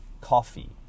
coffee